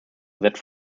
that